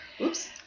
Oops